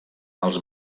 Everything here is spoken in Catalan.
els